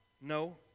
No